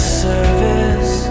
service